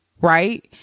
Right